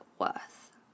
Worth